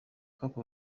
cape